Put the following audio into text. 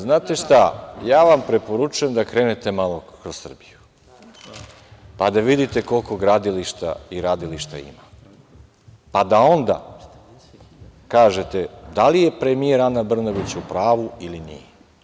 Znate šta, ja vam preporučujem da krenete malo kroz Srbiju, pa da vidite koliko gradilišta i radilišta ima, pa da onda kažete da li je premijer Ana Brnabić u pravu ili nije.